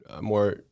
more